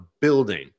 building